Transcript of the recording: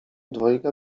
dwojga